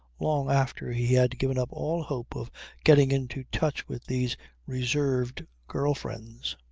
long after he had given up all hope of getting into touch with these reserved girl-friends.